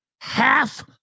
half